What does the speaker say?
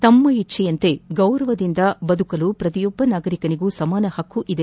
ತಮ್ಮ ಇಚ್ಲೆಯಂತೆ ಗೌರವದಿಂದ ಜೀವಿಸಲು ಪ್ರತಿಯೊಬ್ಬ ನಾಗರಿಕನಿಗೂ ಸಮಾನ ಹಕ್ಕಿದೆ